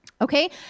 Okay